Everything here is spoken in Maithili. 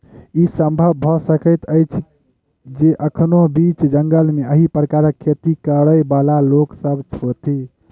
ई संभव भ सकैत अछि जे एखनो बीच जंगल मे एहि प्रकारक खेती करयबाला लोक सभ होथि